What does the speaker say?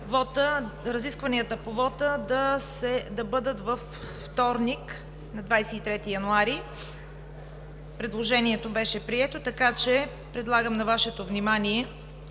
разискванията по вота да бъдат във вторник на 23 януари 2018 г. Предложението беше прието. Предлагам на Вашето внимание